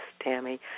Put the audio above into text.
Tammy